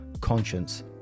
conscience